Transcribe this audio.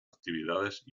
actividades